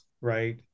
right